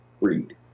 read